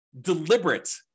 deliberate